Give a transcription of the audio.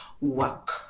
work